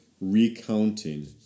recounting